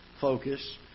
focus